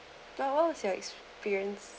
but what was your experience